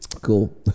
Cool